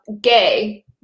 gay